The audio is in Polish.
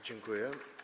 Dziękuję.